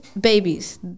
babies